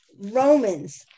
Romans